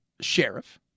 sheriff